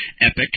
EPIC